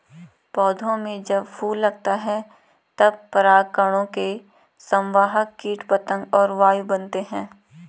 पौधों में जब फूल लगता है तब परागकणों के संवाहक कीट पतंग और वायु बनते हैं